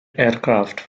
aircraft